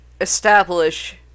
establish